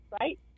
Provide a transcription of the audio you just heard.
right